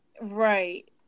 right